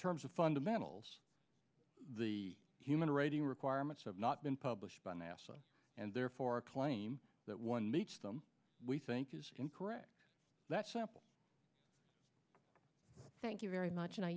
terms of fundamentals the human rating requirements have not been published by nasa and therefore a claim that one makes them we think is incorrect that sample thank you very much and i